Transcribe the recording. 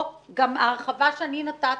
וגם ההרחבה שאני נתתי,